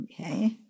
okay